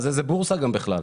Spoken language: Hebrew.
גם איזו בורסה בכלל?